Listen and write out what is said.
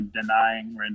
denying